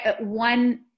one